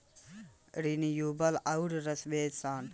Renewable आउर subvention का ह आउर एकर फायदा किसान के कइसे मिली?